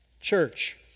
Church